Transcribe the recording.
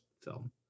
film